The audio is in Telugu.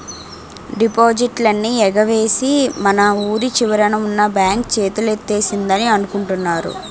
డిపాజిట్లన్నీ ఎగవేసి మన వూరి చివరన ఉన్న బాంక్ చేతులెత్తేసిందని అనుకుంటున్నారు